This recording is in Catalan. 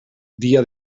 dia